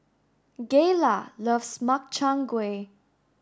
Gayla loves Makchang gui